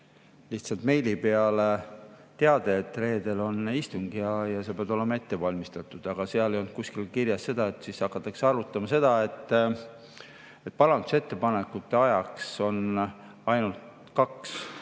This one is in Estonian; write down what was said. lihtsalt meili peale teade, et reedel on istung ja sa pead olema ette valmistunud. Aga seal ei olnud kusagil kirjas seda, et siis hakatakse arutama seda. Parandusettepanekuteks on ainult kaks